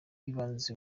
w’ibanze